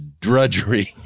drudgery